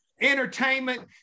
entertainment